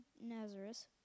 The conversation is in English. Nazareth